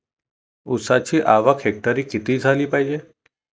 ऊसाची आवक हेक्टरी किती झाली पायजे?